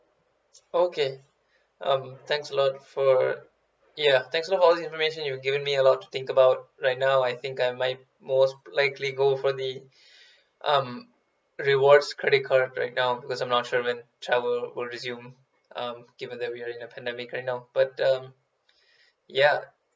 okay um thanks a lot for ya thanks a lot for all these information you giving me a lot to think about right now I think I'm might most likely go for the um rewards credits card right now because I'm not sure when travel will resume um given that we're in a pandemic right now but um ya